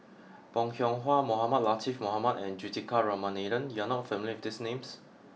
Bong Hiong Hwa Mohamed Latiff Mohamed and Juthika Ramanathan you are not familiar with these names